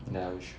ya we should